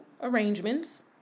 arrangements